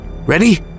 Ready